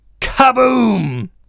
kaboom